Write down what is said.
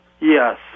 Yes